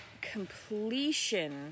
completion